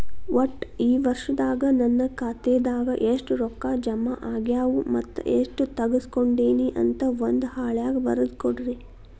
ಒಟ್ಟ ಈ ವರ್ಷದಾಗ ನನ್ನ ಖಾತೆದಾಗ ಎಷ್ಟ ರೊಕ್ಕ ಜಮಾ ಆಗ್ಯಾವ ಮತ್ತ ಎಷ್ಟ ತಗಸ್ಕೊಂಡೇನಿ ಅಂತ ಒಂದ್ ಹಾಳ್ಯಾಗ ಬರದ ಕೊಡ್ರಿ